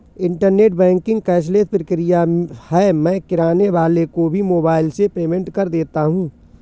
internet banking cashless प्रक्रिया है मैं किराने वाले को भी मोबाइल से पेमेंट कर देता हूँ